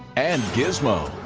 and gizmo.